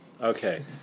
Okay